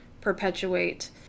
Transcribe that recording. perpetuate